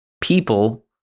people